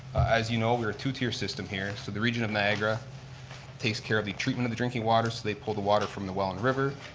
as you know, we're a two-tiered system here. so the region of niagara takes care of the treatment of the drinking water, so they pull the water from the well and river,